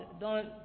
dans